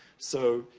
so,